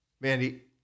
Mandy